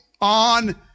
on